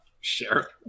Sure